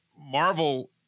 Marvel